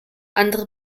andere